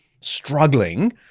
struggling